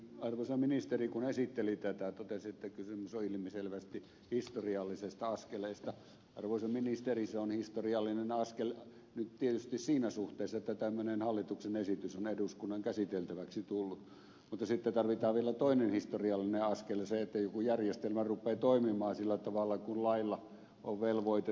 ensinnäkin kun arvoisa ministeri esitteli tätä ja totesi että kysymys on ilmiselvästi historiallisesta askeleesta niin arvoisa ministeri se on historiallinen askel nyt tietysti siinä suhteessa että tämmöinen hallituksen esitys on eduskunnan käsiteltäväksi tullut mutta sitten tarvitaan vielä toinen historiallinen askel se että joku järjestelmä rupeaa toimimaan sillä tavalla kuin sen lailla on velvoitettu toimivan